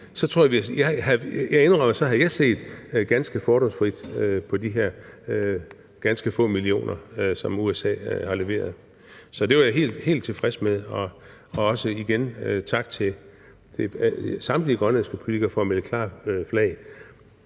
det indrømmer jeg – at jeg så havde set ganske fordomsfrit på de her ganske få millioner, som USA har leveret. Så det var jeg helt tilfreds med, og også igen tak til samtlige grønlandske politikere for at melde klart flag.